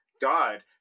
God